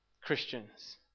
Christians